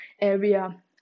area